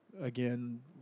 Again